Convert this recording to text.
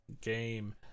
game